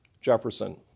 Jefferson